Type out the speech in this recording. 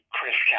Chris